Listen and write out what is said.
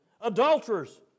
adulterers